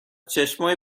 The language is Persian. چشمای